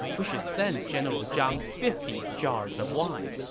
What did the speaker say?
we should send general zhang fifty jars of wine.